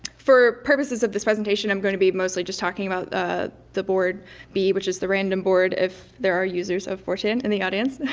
for purposes of this presentation i'm going to be mostly just talking about the the board b which is the random board if there are users of four chan in the audience.